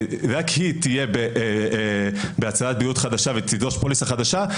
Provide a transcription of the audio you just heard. רק היא תהיה בהצהרת בריאות חדשה ותדרוש פוליסה חדשה,